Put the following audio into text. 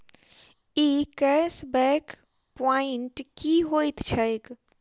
ई cash back point की होइत छैक?